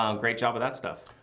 um great job with that stuff.